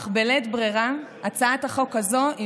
אך בלית ברירה הצעת החוק הזאת היא